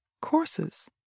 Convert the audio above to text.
courses